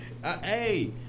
Hey